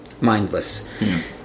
mindless